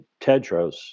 Tedros